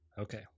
Okay